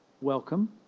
Welcome